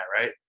right